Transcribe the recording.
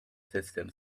system